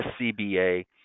SCBA